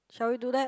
shall we do that